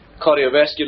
cardiovascular